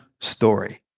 story